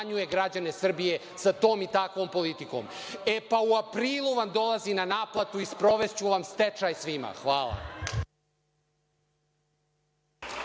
građane Srbije sa tom i takvom politikom.U aprilu vam dolazi na naplatu i sprovešću vam stečaj svima. Hvala.